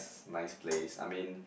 nice place I mean